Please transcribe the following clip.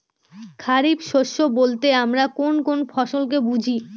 খরিফ শস্য বলতে আমরা কোন কোন ফসল কে বুঝি?